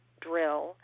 drill